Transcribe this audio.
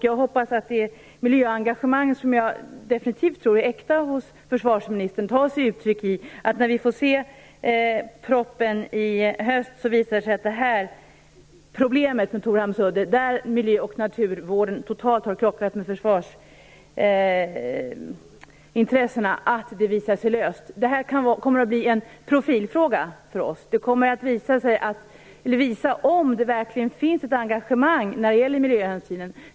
Jag hoppas att det miljöengagemang som jag definitivt tror är äkta hos försvarsministern tar sig uttryck i att när vi får se propositionen i höst kommer det att visa sig att problemet med Torhamns udde, där miljö och naturvården helt har krockat med försvarsintressena, visar sig vara löst. Detta kommer att bli en profilfråga för oss. Det kommer att visa om det verkligen finns ett engagemang när det gäller miljöhänsynen.